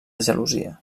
gelosia